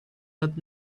that